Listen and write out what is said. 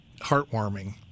heartwarming